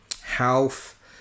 health